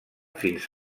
fins